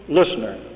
listener